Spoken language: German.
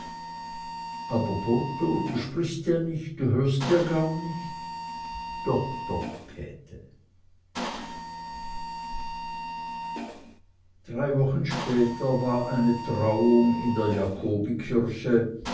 botho du sprichst ja nicht du hörst ja gar nicht doch doch käthe drei wochen später war eine trauung in der